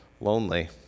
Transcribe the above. lonely